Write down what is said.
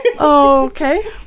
Okay